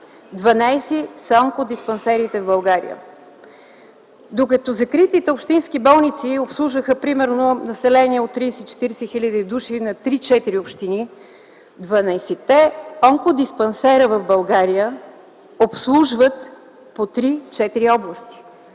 са онкодиспансерите в България. Докато закритите общински болници обслужваха примерно население от 30-40 хил. души на 3-4 общини, 12-те онкодиспансера в България обслужват по 3-4 области.